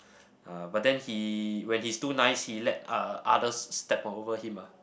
uh but then he when he's too nice he let uh others step over him ah